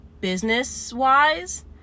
business-wise